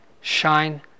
shine